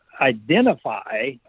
identify